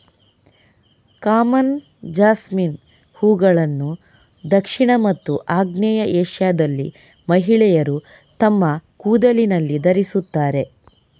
common jasmine ಹೂವುಗಳನ್ನು ದಕ್ಷಿಣ ಮತ್ತು ಆಗ್ನೇಯ ಏಷ್ಯಾದಲ್ಲಿ ಮಹಿಳೆಯರು ತಮ್ಮ ಕೂದಲಿನಲ್ಲಿ ಧರಿಸುತ್ತಾರೆ